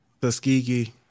Tuskegee